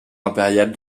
impériale